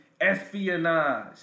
espionage